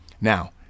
Now